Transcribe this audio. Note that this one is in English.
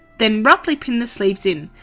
then roughly pin the sleeves in,